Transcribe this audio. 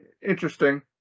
interesting